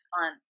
on